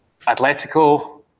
Atletico